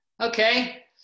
okay